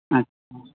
अच्छा